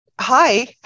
Hi